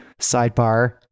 sidebar